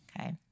Okay